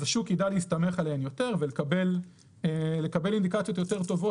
אז השוק יידע להסתמך עליהם יותר ולקבל אינדיקציות יותר טובות